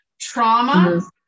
Trauma